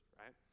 right